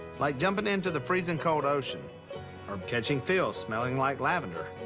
like jumping into the freezing cold ocean or catching phil smelling like lavender.